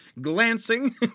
glancing